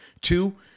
Two